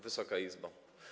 Wysoka Izbo!